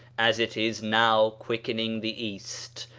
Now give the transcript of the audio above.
as it is now quick ening the east,